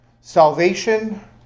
Salvation